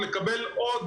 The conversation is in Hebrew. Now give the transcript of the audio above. לקבל עוד,